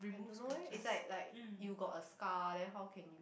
I don't know eh it's like like you got a scar then how can you